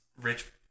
rich